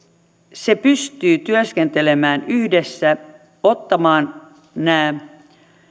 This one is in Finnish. se pystyy työskentelemään yhdessä ottamaan nämä